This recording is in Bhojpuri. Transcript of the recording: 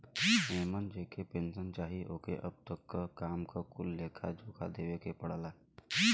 एमन जेके पेन्सन चाही ओके अब तक क काम क कुल लेखा जोखा देवे के पड़ला